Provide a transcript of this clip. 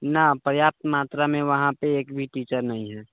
नहि पर्याप्त मात्रामे वहाँपर एक भी टीचर नहीं है